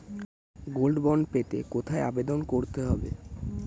Gold bond পেতে কোথায় আবেদন করতে হবে?